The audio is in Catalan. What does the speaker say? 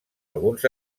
alguns